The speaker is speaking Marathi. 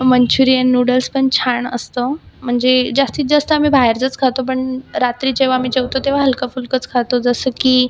मंचुरियन नुडल्स पण छान असतं म्हणजे जास्तीत जास्त आम्ही बाहेरचंच खातो पण रात्री जेव्हा आम्ही जेवतो तेव्हां हलकं फुलकंच खातो जसं की